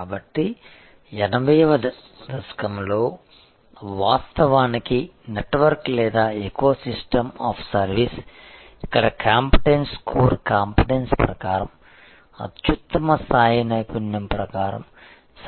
కాబట్టి 80 వ దశకంలో వాస్తవానికి నెట్వర్క్ లేదా ఎకోసిస్టమ్ ఆఫ్ సర్వీసు ఇక్కడ కాంపిటెన్స్ కోర్ కాంపిటెన్స్ ప్రకారం అత్యుత్తమ స్థాయి నైపుణ్యం ప్రకారం